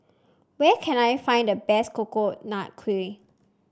where can I find the best Coconut Kuih